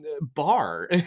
bar